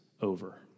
over